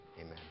Amen